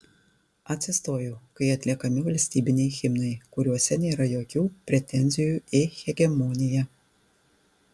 atsistoju kai atliekami valstybiniai himnai kuriuose nėra jokių pretenzijų į hegemoniją